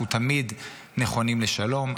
אנחנו תמיד נכונים לשלום,